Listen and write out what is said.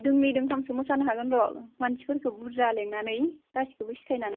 दोंनै दोंथामसो मोसानो हागोनथ' मानसिफोरखौ बुरजा लेंनानै गासिबखौबो सिखायनानै